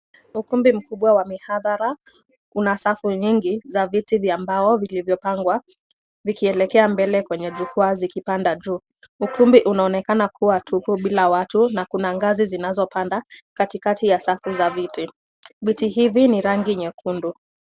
Ukumbi mkubwa wa mihadhara una safu nyingi za viti vya mbao vilivyopangwa vikielekea mbele kwenye jukwaa zikipanda juu , ukumbi unaonekana kuwa tupu bila watu na kuna ngazi zinazopanda katikati ya safu za viti . Viti hivi ni rangi nyekundu.